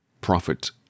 prophet